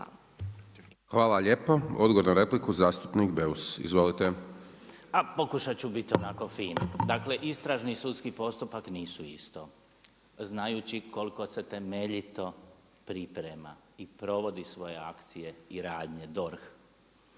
(SDP)** Hvala lijepo. Odgovor na repliku zastupnik Beus. Izvolite. **Beus Richembergh, Goran (Nezavisni)** A pokušati ću biti onako fin, dakle istražni i sudski postupak nisu isto. Znajući koliko se temeljito priprema i provodi svoje akcije i radnje DORH,